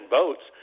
votes